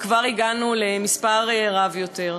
וכבר הגענו למספר רב יותר.